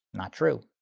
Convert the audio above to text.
not true.